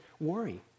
worry